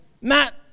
Matt